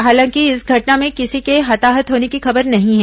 हालांकि इस घटना में किसी के हताहत होने की खबर नहीं हैं